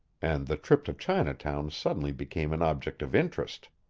and the trip to chinatown suddenly became an object of interest.